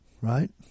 right